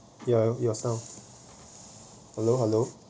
you~ yourself hello hello